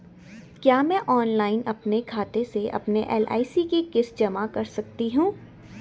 क्या मैं ऑनलाइन अपने खाते से अपनी एल.आई.सी की किश्त जमा कर सकती हूँ?